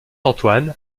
antoine